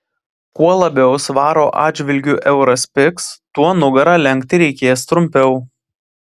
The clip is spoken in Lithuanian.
kuo labiau svaro atžvilgiu euras pigs tuo nugarą lenkti reikės trumpiau